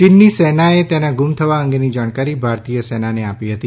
ચીનની સેનાએ તેના ગુમ થવા અંગેની જાણકારી ભારતીય સેનાને આપી હતી